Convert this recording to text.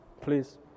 please